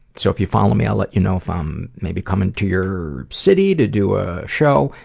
so if you follow me i'll let you know if i'm maybe coming to your city to do a show.